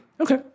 Okay